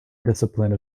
discipline